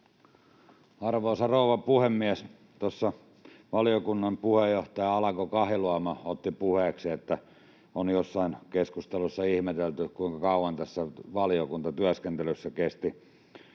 Arvoisa rouva puhemies! Tuossa valiokunnan puheenjohtaja Alanko-Kahiluoto otti puheeksi, että on joissain keskusteluissa ihmetelty, kuinka kauan tässä valiokuntatyöskentelyssä kesti.